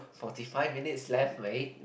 forty five minutes left right